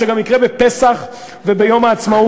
שגם יקרה בפסח וביום העצמאות.